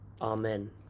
Amen